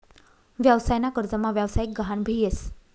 व्यवसाय ना कर्जमा व्यवसायिक गहान भी येस